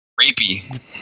Rapey